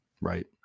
Right